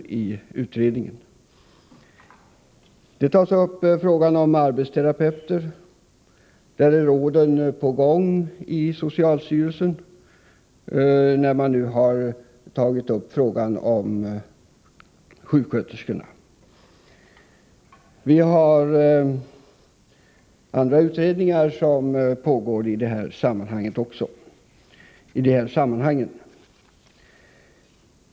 Vi har vidare frågan om arbetsterapeuter där arbetet med att utarbeta råd är på gång i socialstyrelsen, när man nu är färdig med frågan om sjuksköterskorna. Vi har också andra utredningar som pågår inom områden som utskottet behandlar.